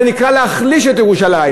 זה נקרא להחליש את ירושלים.